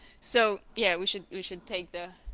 so yeah we should we should take the.